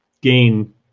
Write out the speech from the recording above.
gain